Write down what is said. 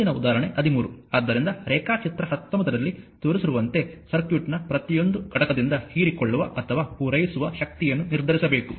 ಮುಂದಿನ ಉದಾಹರಣೆ 13 ಆದ್ದರಿಂದ ರೇಖಾಚಿತ್ರ 19ರಲ್ಲಿ ತೋರಿಸಿರುವಂತೆ ಸರ್ಕ್ಯೂಟ್ನ ಪ್ರತಿಯೊಂದು ಘಟಕದಿಂದ ಹೀರಿಕೊಳ್ಳುವ ಅಥವಾ ಪೂರೈಸುವ ಶಕ್ತಿಯನ್ನು ನಿರ್ಧರಿಸಬೇಕು